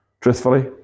truthfully